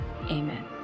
amen